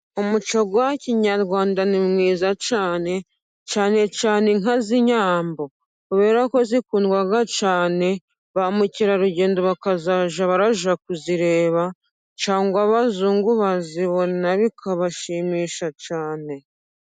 Umuco wa kinyarwanda ni mwiza cyane, cyane cyane inka z'inyambo. Kubera kozikundwa cyane, ba mukerarugendo bakazajya baza kuzireba, cyagwa abazungu bazibona bikabashimisha cyane.